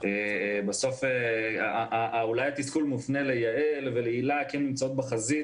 התסכול אולי מופנה ליעל ולהילה כי הן נמצאות בחזית,